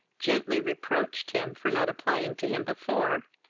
gently reproached him for not applying to him before,